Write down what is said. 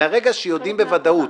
מרגע שיודעים בוודאות